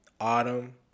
Autumn